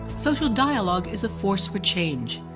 social dialogue is a force for change,